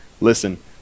Listen